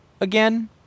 again